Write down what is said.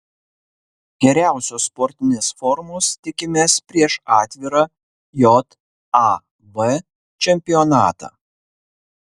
geriausios sportinės formos tikimės prieš atvirą jav čempionatą